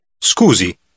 Scusi